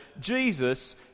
Jesus